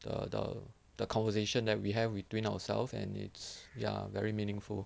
the the the conversation that we have between ourselves and it's ya very meaningful